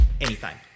anytime